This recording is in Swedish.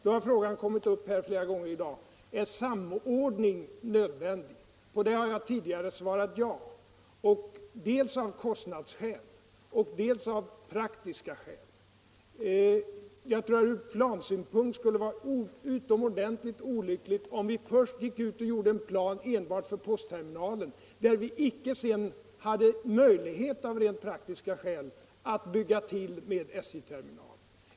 Då har frågan kommit upp här flera gånger i dag: Är samordning nödvändig? På det har jag tidigare svarat ja — dels av kostnadsskäl, dels av praktiska skäl. Jag tror att det ur plansynpunkt skulle vara utomordentligt olyckligt om vi först gick ut och gjorde upp en plan enbart för postterminalen, där vi sedan av rent praktiska skäl inte hade möjlighet att bygga till med en SJ-terminal.